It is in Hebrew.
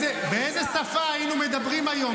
באיזו שפה היינו מדברים היום?